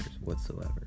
whatsoever